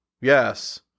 Yes